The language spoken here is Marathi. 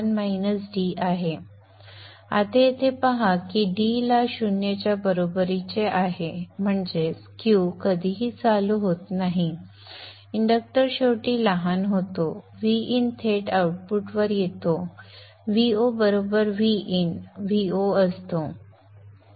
आता येथे पहा की d ला 0 च्या बरोबरीचे आहे म्हणजे Q कधीही चालू होत नाही इंडक्टर शेवटी लहान होतो Vin थेट आउटपुटवर येतो Vo बरोबर Vin V 0 असतो